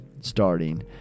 starting